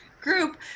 group